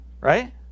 Right